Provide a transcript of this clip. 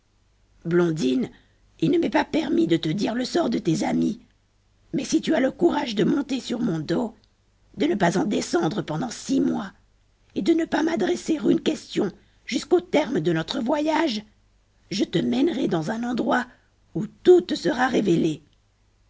blondine il ne m'est pas permis de te dire le sort de tes amis mais si tu as le courage de monter sur mon dos de ne pas en descendre pendant six mois et de ne pas m'adresser une question jusqu'au terme de notre voyage je te mènerai dans un endroit où tout te sera révélé